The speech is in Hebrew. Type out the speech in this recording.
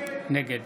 נגד